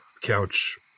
couch